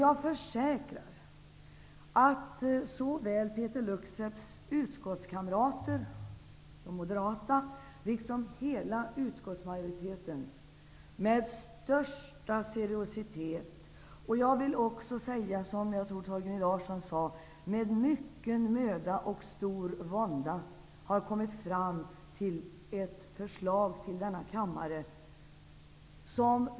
Jag försäkrar att såväl Peeter Lukseps moderata utskottskamrater som hela utskottsmajoriteten med största seriositet -- och med mycken möda och stor vånda, som jag tror att Torgny Larsson sade -- har kommit fram till ett förslag som föreläggs denna kammare.